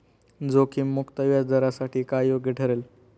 जोखीम मुक्त व्याजदरासाठी काय योग्य ठरेल?